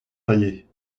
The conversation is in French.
taillée